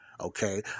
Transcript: Okay